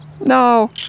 No